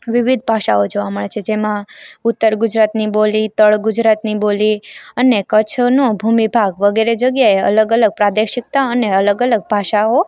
વિવિધ ભાષાઓ જોવા મળે છે જેમાં ઉત્તર ગુજરાતની બોલી તળ ગુજરાતની બોલી અને કચ્છનો ભૂમિ ભાગ વગેરે જગ્યાએ અલગ અલગ પ્રાદેશિકતા અને અલગ અલગ ભાષાઓ